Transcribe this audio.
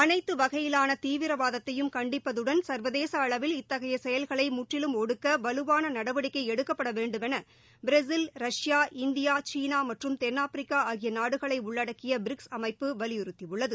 அனைத்து வகையிலான தீவிரவாதத்தையும் கண்டிப்பதுடன் சர்வதேச அளவில் இத்தகைய செயல்களை முற்றிலும் ஒடுக்க வலுவான நடவடிக்கை எடுக்கப்பட வேண்டுமென பிரேசில் ரஷ்பா இந்தியா சீனா மற்றும் தென்னாப்பிரிக்கா ஆகிய நாடுகளை உள்ளடக்கிய பிரிக்ஸ் அமைப்பு வலியுறுத்தியுள்ளது